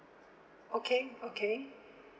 okay okay